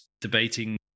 debating